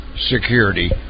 Security